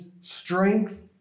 strength